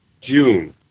June